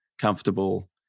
comfortable